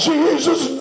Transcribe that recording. Jesus